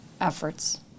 efforts